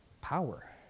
power